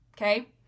okay